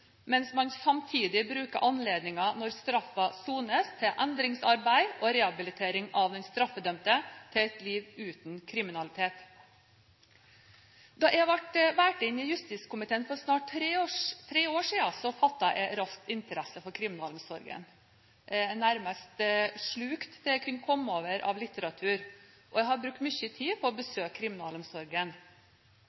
mens man samtidig bruker anledningen når straffen sones, til endringsarbeid og rehabilitering av den straffedømte til et liv uten kriminalitet. Da jeg ble valgt inn i justiskomiteen for snart tre år siden, fattet jeg raskt interesse for kriminalomsorgen. Jeg nærmest slukte det jeg kunne komme over av litteratur, og jeg har brukt mye tid på å